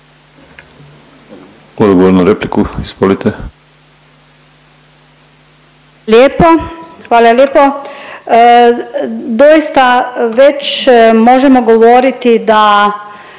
Vupora, Barbara (SDP)** Lijepo, hvala lijepo. Doista već možemo govoriti da